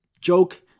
Joke